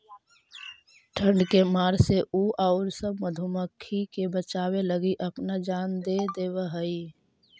ठंड के मार से उ औउर सब मधुमाखी के बचावे लगी अपना जान दे देवऽ हई